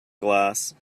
glass